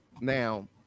now